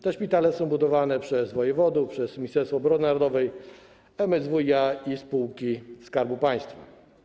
Te szpitale są budowane przez wojewodów, przez Ministerstwo Obrony Narodowej, MSWiA i spółki Skarbu Państwa.